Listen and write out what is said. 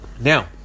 Now